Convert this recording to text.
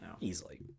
Easily